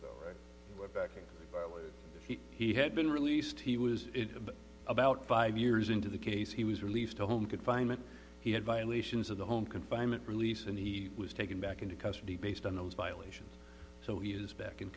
released back in he he had been released he was about five years into the case he was released to home confinement he had violations of the home confinement release and he was taken back into custody based on those violations so he is back in